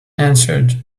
answered